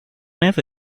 never